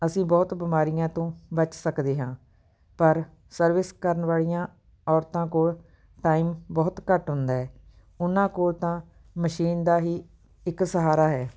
ਅਸੀਂ ਬਹੁਤ ਬਿਮਾਰੀਆਂ ਤੋਂ ਬਚ ਸਕਦੇ ਹਾਂ ਪਰ ਸਰਵਿਸ ਕਰਨ ਵਾਲੀਆਂ ਔਰਤਾਂ ਕੋਲ ਟਾਈਮ ਬਹੁਤ ਘੱਟ ਹੁੰਦਾ ਹੈ ਉਹਨਾਂ ਕੋਲ ਤਾਂ ਮਸ਼ੀਨ ਦਾ ਹੀ ਇੱਕ ਸਹਾਰਾ ਹੈ